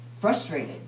frustrated